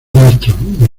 armstrong